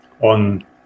on